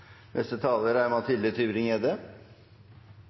Neste talar er